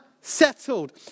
settled